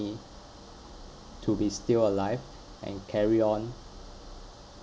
to be still alive and carry on